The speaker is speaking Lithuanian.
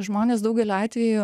žmonės daugeliu atvejų